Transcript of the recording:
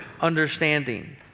understanding